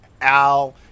Al